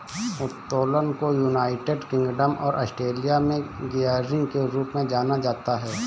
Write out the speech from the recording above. उत्तोलन को United Kingdom और ऑस्ट्रेलिया में गियरिंग के रूप में जाना जाता है